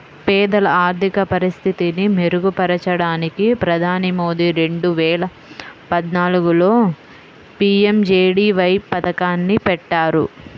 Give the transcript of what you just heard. పేదల ఆర్థిక పరిస్థితిని మెరుగుపరచడానికి ప్రధాని మోదీ రెండు వేల పద్నాలుగులో పీ.ఎం.జే.డీ.వై పథకాన్ని పెట్టారు